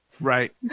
Right